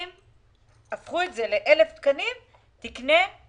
הפכו את זה ל-1,000 תקני תנומות.